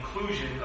inclusion